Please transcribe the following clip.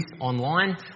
online